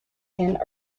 and